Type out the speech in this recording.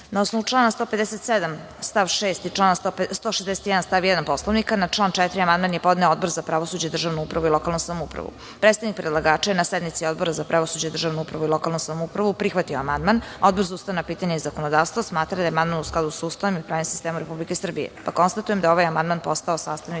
osnovu člana 157. stav 6. i člana 161. stav 1. Poslovnika, na član 4. amandman je podneo Odbor za pravosuđe, državnu upravu i lokalnu samoupravu. Predstavnik predlagača je na sednici Odbora za pravosuđe, državnu upravu i lokalnu samoupravu prihvatio amandman. Odbor za ustavna pitanja i zakonodavstvo smatra da je amandman u skladu sa Ustavom i pravnim sistemom Republike Srbije. Konstatujem da je ovaj amandman postao sastavni